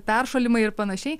peršalimai ir panašiai